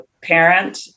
parent